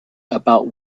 about